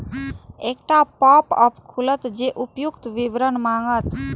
एकटा पॉपअप खुलत जे उपर्युक्त विवरण मांगत